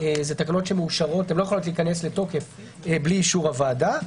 התקנות לא יכולות להיכנס לתוקף בלי אישור הוועדה,